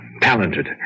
Talented